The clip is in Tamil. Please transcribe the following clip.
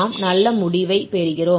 நாம் நல்ல முடிவை பெறுகிறோம்